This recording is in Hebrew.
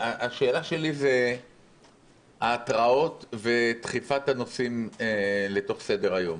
השאלה שלי זה ההתראות ודחיפת הנושאים לתוך סדר היום.